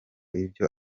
ibyo